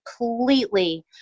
completely